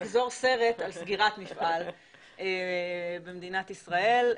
נסגור סרט על סגירת מפעל במדינת ישראל.